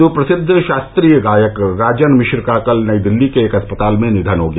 सुप्रसिद्द शास्त्रीय गायक राजन मिश्र का कल नई दिल्ली के एक अस्पताल में निधन हो गया